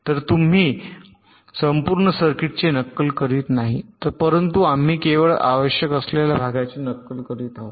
तर तुम्ही संपूर्ण सर्किटचे नक्कल करीत नाही परंतु आम्ही केवळ आवश्यक असलेल्या भागांचे नक्कल करीत आहोत